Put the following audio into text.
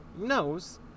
knows